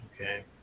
okay